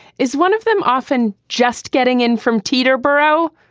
is one of them often just getting in from teater burrow?